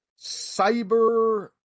Cyber